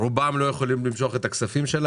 רוב הסטודנטים חזרו